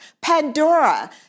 Pandora